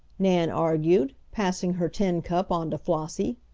nan argued, passing her tin cup on to flossie.